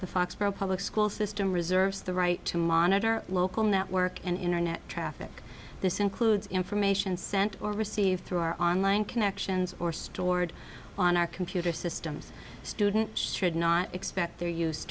the foxboro public school system reserves the right to monitor our local network and internet traffic this includes information sent or received through our online connections or stored on our computer systems student should not expect their use